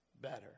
better